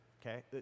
okay